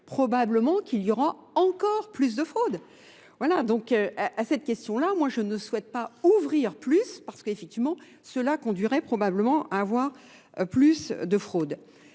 probablement qu'il y aura encore plus de fraudes. Voilà, donc à cette question-là, moi je ne souhaite pas ouvrir plus parce qu'effectivement, cela conduirait probablement à avoir plus de fraudes.